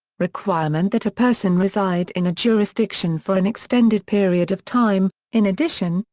requirement that a person reside in a jurisdiction for an extended period of time in addition,